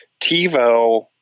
TiVo